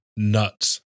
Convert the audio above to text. nuts